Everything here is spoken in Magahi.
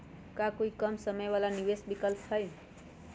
का कोई कम समय वाला निवेस के विकल्प हई?